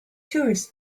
tourists